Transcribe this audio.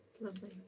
Lovely